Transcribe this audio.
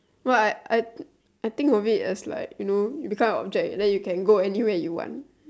but I I I think of it as like you know become an object then you can go anywhere you want